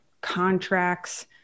contracts